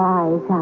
eyes